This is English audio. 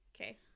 Okay